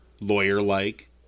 lawyer-like